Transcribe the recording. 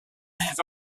mis